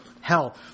hell